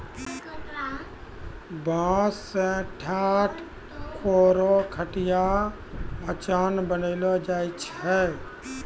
बांस सें ठाट, कोरो, खटिया, मचान बनैलो जाय छै